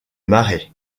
marais